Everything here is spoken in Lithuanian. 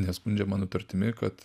neskundžiama nutartimi kad